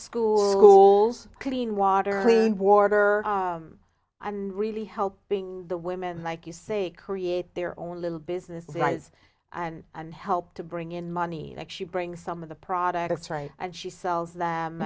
schools clean water border i'm really helping the women like you say create their own little business wise and and help to bring in money like she brings some of the products right and she sells them